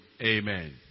Amen